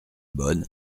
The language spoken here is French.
bonne